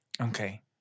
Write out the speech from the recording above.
Okay